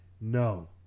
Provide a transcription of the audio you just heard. No